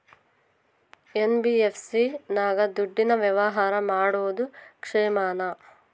NBFC ನಾಗ ದುಡ್ಡಿನ ವ್ಯವಹಾರ ಮಾಡೋದು ಕ್ಷೇಮಾನ?